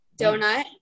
donut